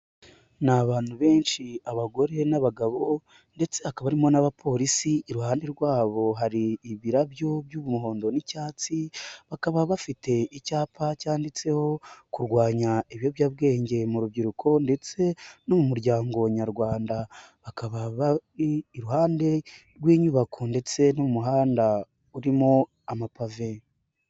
Nabantu benshi abagore n'abagabo ,ndetse hakaba harimo n'abapolisi iruhande rwabo hari ibirabyo by'umuhondo n'icyatsi bakaba bafite icyapa cyanditseho kurwanya ibiyobyabwenge mu rubyiruko ndetse no mu muryango nyarwanda bakaba iruhande rw'inyubako ndetse n'umuhanda urimo amapave.